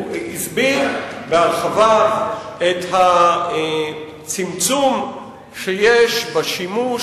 הוא הסביר בהרחבה את הצמצום שיש בשימוש